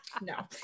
no